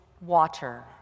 water